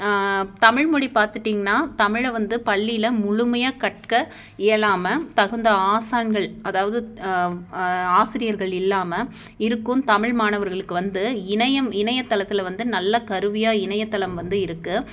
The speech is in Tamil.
தமிழ்மொழி பார்த்துட்டிங்கன்னா தமிழை வந்து பள்ளியில் முழுமையாக கற்க இயலாமல் தகுந்த ஆசான்கள் அதாவது ஆசிரியர்கள் இல்லாமல் இருக்கும் தமிழ் மாணவர்களுக்கு வந்து இணையம் இணையத்தளத்தில் வந்து நல்ல கருவியாக இணையதளம் வந்து இருக்குது